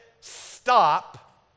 stop